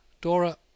Dora